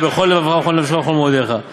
בוא נקרא משהו מהרמב"ם, בוא, בוא.